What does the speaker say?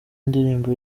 indirimbo